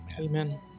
Amen